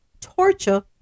torture